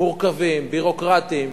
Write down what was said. מורכבים, ביורוקרטיים,